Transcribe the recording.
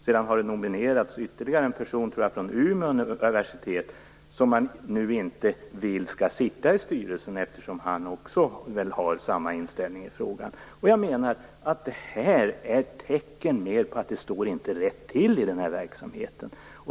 Det har nominerats ytterligare en person från Umeå universitet som man nu inte vill skall sitta i styrelsen, eftersom han också har samma inställning i frågan. Jag menar att detta är tecken på att det inte står rätt till i denna verksamhet.